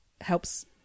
helps